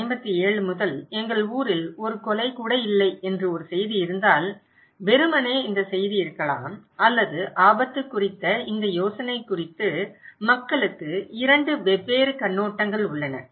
1957 முதல் எங்கள் ஊரில் ஒரு கொலை இல்லை என்று ஒரு செய்தி இருந்தால் வெறுமனே இந்த செய்தி இருக்கலாம் அல்லது ஆபத்து குறித்த இந்த யோசனை குறித்து மக்களுக்கு இரண்டு வெவ்வேறு கண்ணோட்டங்கள் உள்ளன